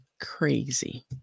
Crazy